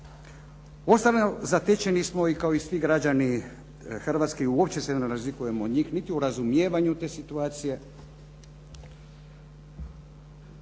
konfuzna. Zatečeni smo kao i svi građani Hrvatske, uopće se ne razlikujemo od njih niti u razumijevanju te situacije,